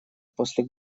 после